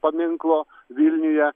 paminklo vilniuje